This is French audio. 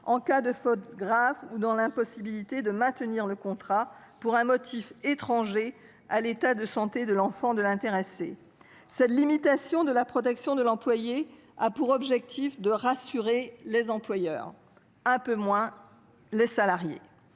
en cas de faute grave ou d’impossibilité de maintenir le contrat pour un motif étranger à l’état de santé de l’enfant de l’intéressé. Cette limitation de la protection de l’employé est certes de nature à rassurer les employeurs ; on ne peut pas